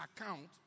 account